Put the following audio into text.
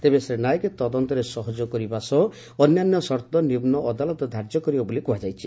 ତେବେ ଶ୍ରୀ ନାୟକ ତଦନ୍ତରେ ସହଯୋଗ କରିବା ସହ ଅନ୍ୟାନ୍ୟ ସର୍ଉ ନିମ୍ନ ଅଦାଲତ ଧାର୍ଯ୍ୟ କରିବ ବୋଲି କୁହାଯାଇଛି